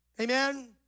Amen